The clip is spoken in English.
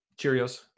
Cheerios